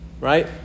Right